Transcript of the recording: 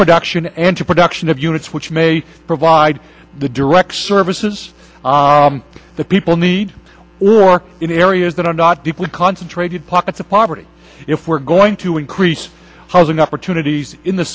production and to production of units which may provide the direct services that people need or in areas that are not deeply concentrated pockets of poverty if we're going to increase housing opportunities in the